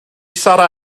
sarra